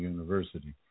University